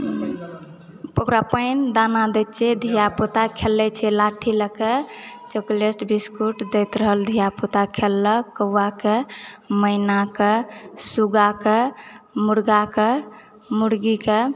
ओकरा पानि दाना दै छियै धिया पूता खेलै छै लाठी लए कऽ चोकलेट बिस्कुट दैत रहल धिया पूता खेललक कौआके मैनाके सुग्गाके मुर्गाके मुर्गीके